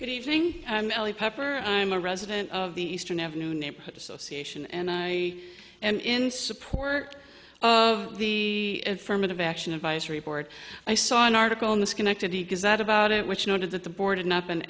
good evening and elie pepper i'm a resident of the eastern avenue neighborhood association and i and in support of the affirmative action advisory board i saw an article in the schenectady does that about it which noted that the board no